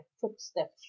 footsteps